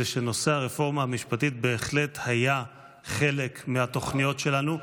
זה שנושא הרפורמה המשפטית בהחלט היה חלק מהתוכניות שלנו.